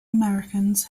americans